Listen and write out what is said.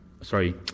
sorry